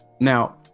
Now